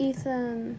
Ethan